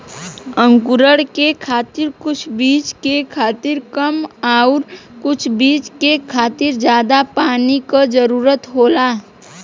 अंकुरण के खातिर कुछ बीज के खातिर कम आउर कुछ बीज के खातिर जादा पानी क जरूरत होला